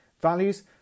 Values